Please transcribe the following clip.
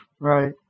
Right